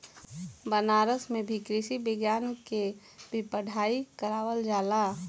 बनारस में भी कृषि विज्ञान के भी पढ़ाई करावल जाला